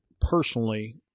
personally